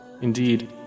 Indeed